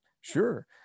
sure